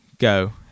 go